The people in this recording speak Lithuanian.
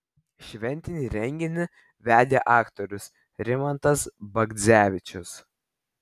šventinį renginį vedė aktorius rimantas bagdzevičius